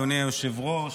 אדוני היושב-ראש,